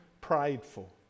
prideful